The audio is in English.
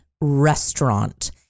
restaurant